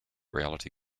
reality